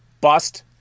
Bust